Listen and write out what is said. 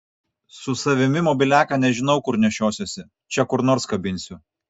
su savimi mobiliaką nežinau kur nešiosiuosi čia kur nors kabinsiu